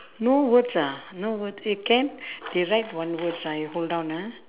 no words ah no words eh can they write one words ah you hold on ah